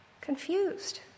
confused